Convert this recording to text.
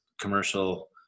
commercial